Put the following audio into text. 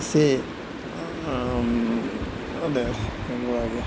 سے